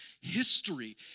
history